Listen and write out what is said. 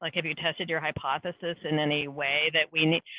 like have you tested your hypothesis in any way that we need?